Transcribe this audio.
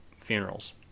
funerals